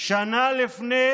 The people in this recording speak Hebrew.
שנה לפני